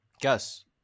Guess